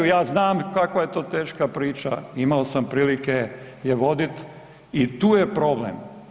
Ja znam kakva je to teška priča, imao sam prilike je voditi i tu je problem.